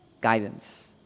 guidance